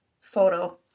photo